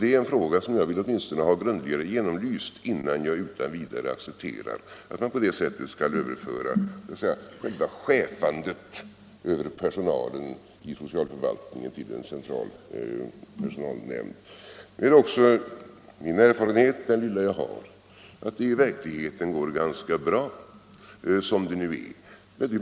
Det är en fråga som jag åtminstone vill ha grundligt genomlyst innan jag utan vidare accepterar att man på detta sätt skall överföra själva ”chefandet” över personalen i socialförvaltningen till en central personalnämnd. Det är också min erfarenhet — den lilla jag har — att det i verkligheten går ganska bra som det nu är.